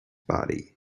body